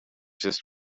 just